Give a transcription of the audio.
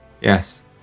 Yes